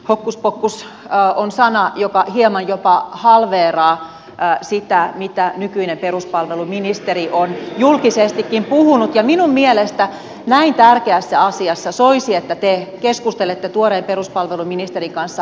hokkuspokkus on sana joka hieman jopa halveeraa sitä mitä nykyinen peruspalveluministeri on julkisestikin puhunut ja minun mielestäni näin tärkeässä asiassa soisi että te keskustelette tuoreen peruspalveluministerin kanssa asiallisella tasolla